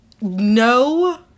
No